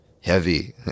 heavy